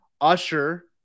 Usher